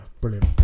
brilliant